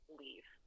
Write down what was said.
leave